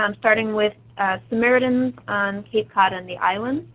um starting with samaritans on cape cod and the islands